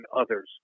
others